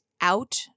out